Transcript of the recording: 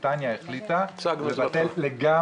בריטניה החליטה לבטל לגמרי.